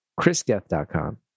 chrisgeth.com